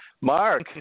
Mark